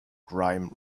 grime